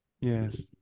yes